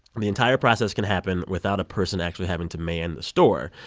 and the entire process can happen without a person actually having to man the store.